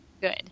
good